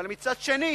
אבל מצד שני,